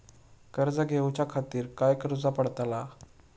कर्ज घेऊच्या खातीर काय करुचा पडतला?